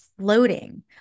floating